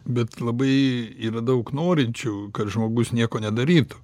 bet labai yra daug norinčių kad žmogus nieko nedarytų